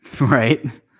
right